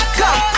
come